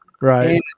right